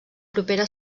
propera